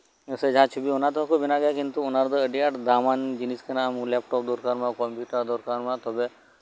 ᱥᱮ ᱚᱱᱟ ᱛᱮᱦᱚᱸ ᱠᱚ ᱵᱮᱱᱟᱜ ᱜᱮᱭᱟ ᱠᱤᱱᱛᱩ ᱚᱱᱟ ᱨᱮᱫᱚ ᱟᱹᱰᱤ ᱫᱟᱢᱟᱱ ᱠᱟᱱ ᱜᱮᱭᱟ ᱞᱮᱯᱴᱚᱯ ᱫᱚᱨᱠᱟᱱ ᱱᱚᱣᱟ ᱠᱚᱢᱯᱤᱭᱩᱴᱟᱨ ᱫᱚᱨᱠᱟᱨ ᱛᱚᱵᱮᱭᱟᱹᱱᱤᱡ